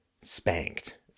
spanked